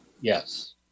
Yes